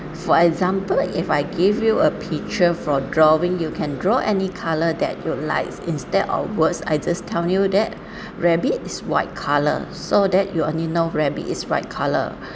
for example if I gave you a picture for drawing you can draw any colour that you like instead of words I just tell you that rabbit is white color so that you will only know rabbit is white colour